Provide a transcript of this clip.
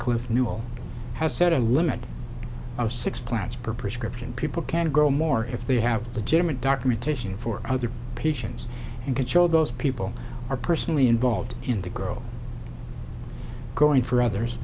cliff newell has set a limit of six plants per prescription people can go more if they have legitimate documentation for other patients and can show those people are personally involved in the girl going for others